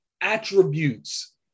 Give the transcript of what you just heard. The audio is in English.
attributes